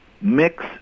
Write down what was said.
mix